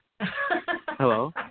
Hello